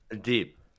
Deep